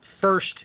first